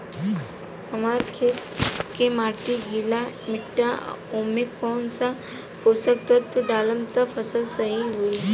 हमार खेत के माटी गीली मिट्टी बा ओमे कौन सा पोशक तत्व डालम त फसल सही होई?